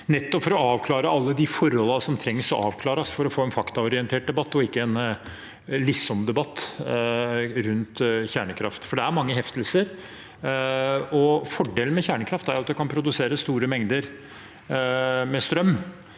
nettopp for å avklare alle de forholdene som trengs å bli avklart for å få en faktaorientert debatt og ikke en liksomdebatt rundt kjernekraft, for det er mange heftelser. Fordelen med kjernekraft er at man kan produsere store mengder strøm